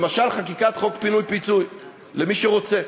למשל חקיקת חוק פינוי-פיצוי למי שרוצה.